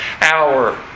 hour